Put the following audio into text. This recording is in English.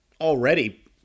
already